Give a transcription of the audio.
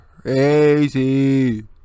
crazy